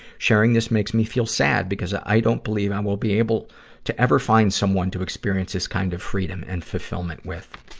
sharing this makes me feel sad because i don't believe i and will be able to ever find someone to experience this kind of freedom and fulfillment with.